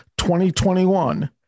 2021